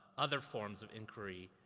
other forms of inquiry,